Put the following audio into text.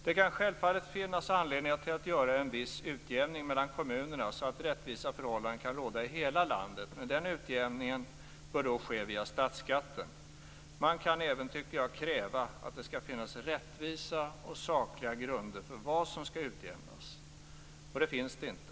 Det kan självfallet finnas anledning att göra en viss utjämning mellan kommunerna, så att rättvisa förhållanden kan råda i hela landet, men den utjämningen bör ske via statsskatten. Jag tycker även att man kan kräva att det skall finnas rättvisa och sakliga grunder för vad som skall utjämnas. Det finns det inte.